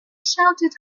shouted